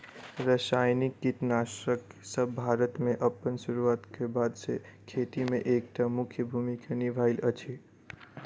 रासायनिक कीटनासकसब भारत मे अप्पन सुरुआत क बाद सँ खेती मे एक टा मुख्य भूमिका निभायल अछि